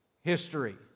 history